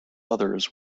others